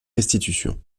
restitution